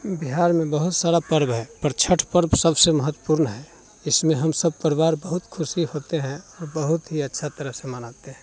बिहार में बहुत सारा पर्व है पर छठ पर्व सबसे महत्वपूर्ण है इसमें हम सब परिवार बहुत खुशी होते हैं बहुत ही अच्छा तरह से मनाते है